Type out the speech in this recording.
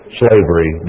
slavery